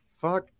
fuck